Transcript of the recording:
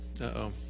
Uh-oh